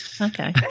Okay